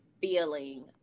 feeling